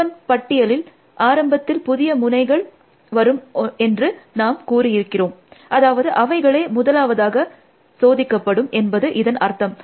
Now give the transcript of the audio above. open பட்டியலில் ஆரம்பத்தில் புதிய முனைகள் வரும் என்று நாம் கூறியிருக்கிறோம் அதாவது அவைகளே முதலாவதாக சோதிக்கப்படும் என்பது இதன் அர்த்தம்